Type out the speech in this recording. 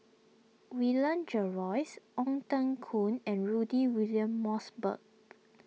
William Jervois Ong Teng Koon and Rudy William Mosbergen